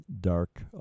dark